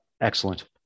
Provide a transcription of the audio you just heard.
excellent